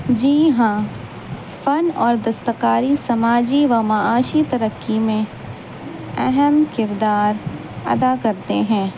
جی ہاں فن اور دستکاری سماجی و معاشی ترقی میں اہم کردار ادا کرتے ہیں